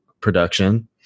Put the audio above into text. production